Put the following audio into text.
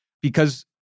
because-